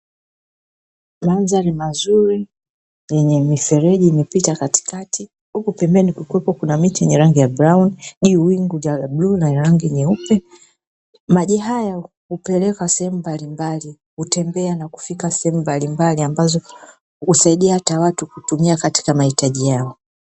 Mandhari mazuri yenye mifereji imepita katikati huku pembeni kukiwa na miti yenye rangi ya brauni, juu wingu la bluu na rangi nyeupe. Maji haya hupelekwa sehemu mbalimbali hutembea na kufikia sehemu mbalimbali ambazo husaidia hata watu katika mahitaji yao.